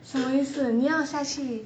什么意思你要下去